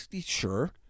sure